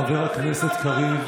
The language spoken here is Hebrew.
חבר הכנסת קריב.